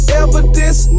evidence